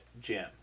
Jim